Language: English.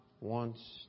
wants